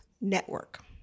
network